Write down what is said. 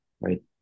right